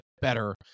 better